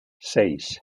seis